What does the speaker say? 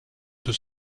deux